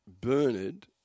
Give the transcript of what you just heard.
Bernard